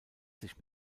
sich